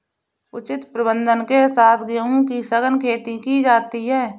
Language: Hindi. उचित प्रबंधन के साथ गेहूं की सघन खेती की जाती है